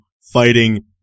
fighting